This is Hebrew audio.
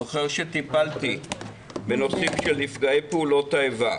אני זוכר שטיפלתי בנושאים של נפגעי פעולות האיבה.